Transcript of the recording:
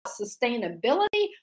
sustainability